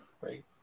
Right